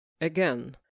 again